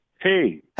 Hey